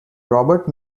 robert